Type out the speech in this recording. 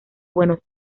buenos